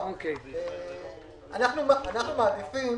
אנחנו מעדיפים